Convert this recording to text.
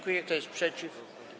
Kto jest przeciw?